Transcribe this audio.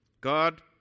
God